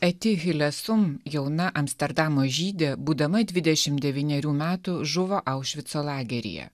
eti hilesum su jauna amsterdamo žydė būdama dvidešimt devynerių metų žuvo aušvico lageryje